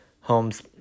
Homes